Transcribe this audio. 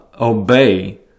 obey